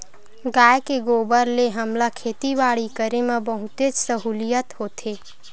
गाय के गोबर ले हमला खेती बाड़ी करे म बहुतेच सहूलियत होथे